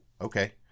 okay